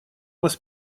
вас